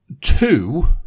Two